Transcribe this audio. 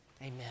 Amen